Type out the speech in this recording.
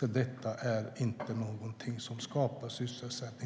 detta säger att det inte är någonting som skapar sysselsättning.